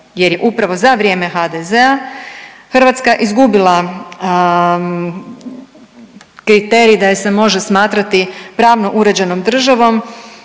jer je upravo za vrijeme HDZ-a Hrvatska izgubila kriterij da je se može smatrati pravno uređenom državom